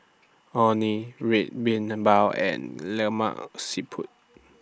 Orh Nee Red Bean Bao and Lemak Siput